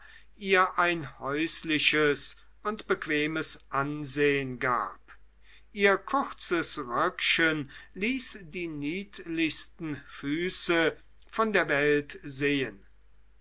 ihr ein häusliches und bequemes ansehen gab ihr kurzes röckchen ließ die niedlichsten füße von der welt sehen